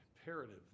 imperative